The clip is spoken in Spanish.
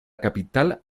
capital